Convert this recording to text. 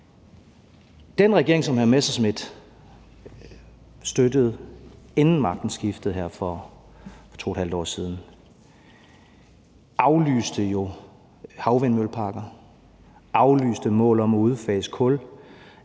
Den regering, som hr. Morten Messerschmidt støttede, inden magten skiftede her for 2½ år siden, aflyste jo havvindmølleparker, aflyste mål om at udfase kul,